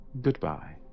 Goodbye